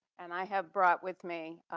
and i have brought with me,